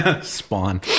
Spawn